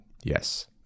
Yes